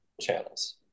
channels